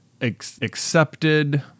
accepted